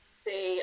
see